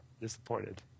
disappointed